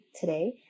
today